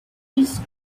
shops